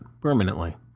permanently